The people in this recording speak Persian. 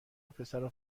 وپسرو